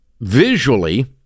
visually